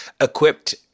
equipped